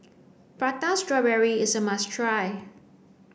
prata strawberry is a must try